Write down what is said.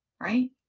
Right